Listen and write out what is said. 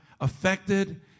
affected